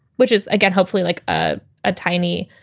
which is, again, hopefully like ah a tiny,